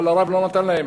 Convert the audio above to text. אבל הרב לא נתן להם.